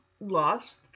lost